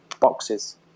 boxes